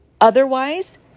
otherwise